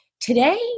Today